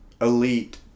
elite